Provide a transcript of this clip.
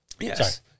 Yes